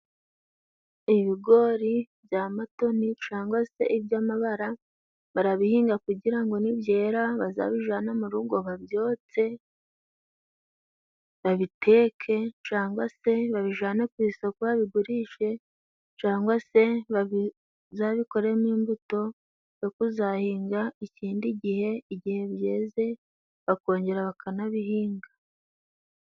Ibigori bya matoni cangwa se iby'amabara, barabihinga kugira ngo nibyera bazabijana mu rugo babyotse, babiteke, cangwa se babijane ku isoko bigurishe, cangwa se bazabikoremo imbuto yo kuzahinga ikindi gihe, igihe byeze bakongera bakanabihinga.